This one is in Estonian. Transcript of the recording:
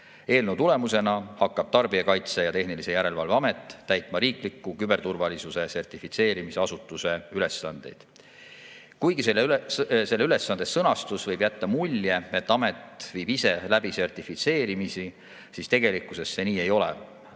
Eelnõu tulemusena hakkab Tarbijakaitse ja Tehnilise Järelevalve Amet täitma riikliku küberturvalisuse sertifitseerimisasutuse ülesandeid. Kuigi selle ülesande sõnastus võib jätta mulje, et amet viib ise läbi sertifitseerimisi, siis see nii ei ole.